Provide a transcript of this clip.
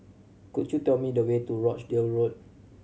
could you tell me the way to Rochdale Road